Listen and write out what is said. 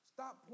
Stop